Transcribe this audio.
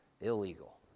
illegal